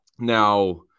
Now